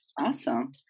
awesome